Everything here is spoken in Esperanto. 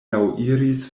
laŭiris